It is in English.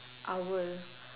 owl